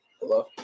Hello